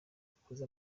ukoze